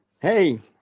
Hey